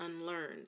unlearned